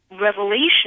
revelation